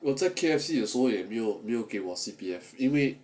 我在 K_F_C 有时候也没有给我 C_P_F 因为